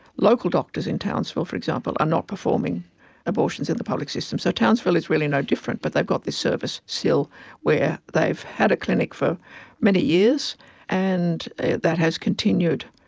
local doctors in townsville, for example, are not performing abortions in the public system, so townsville is really no different, but they've got this service still where they've had a clinic for many years and that has continued,